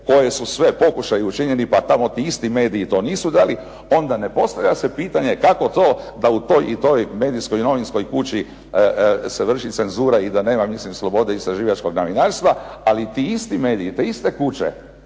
koji su sve pokušaji učinjeni pa tamo ti isti mediji to nisu dali, onda ne postavlja se pitanje kako to da u toj i toj medijskoj, novinskoj kući se vrši cenzura i da nema slobode istraživačkog novinarstva. Ali ti isti mediji, te iste kuće